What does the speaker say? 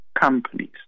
companies